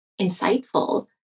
insightful